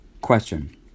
Question